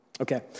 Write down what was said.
Okay